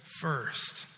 first